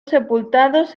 sepultados